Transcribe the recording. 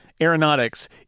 Aeronautics